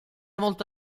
molto